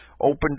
opened